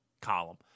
column